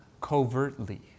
covertly